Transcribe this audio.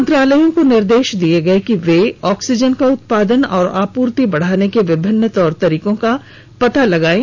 मंत्रालयों को निर्देश दिये गए कि वे ऑक्सीजन का उत्पादन और आपूर्ति बढ़ाने के विभिन्न तौर तरीकों को पता लगाएं